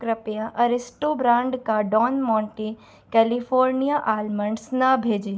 कृपया अरेस्टो ब्रांड का डॉन मोंटे कैलिफ़ोर्निया आल्मंड्स ना भेजें